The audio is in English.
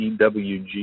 EWG